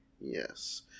Yes